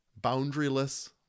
boundaryless